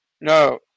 No